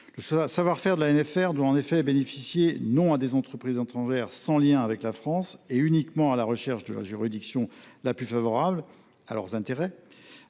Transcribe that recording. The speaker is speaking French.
Le savoir faire de l’ANFR doit en effet bénéficier non à des entreprises étrangères sans lien avec la France et uniquement à la recherche de la juridiction la plus favorable à leurs intérêts,